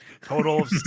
total